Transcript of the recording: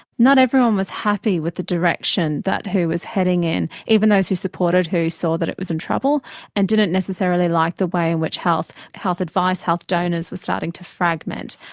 not everyone was happy with the direction that who was heading in. even those who supported who saw that it was in trouble and didn't necessarily like the way in which health health advice, health donors were starting to fragment.